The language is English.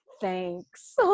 thanks